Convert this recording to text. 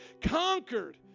conquered